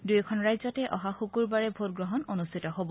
দুয়োখন ৰাজ্যতে অহা শুকুৰবাৰে ভোটগ্ৰহণ অনুষ্ঠিত হ'ব